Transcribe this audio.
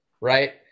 right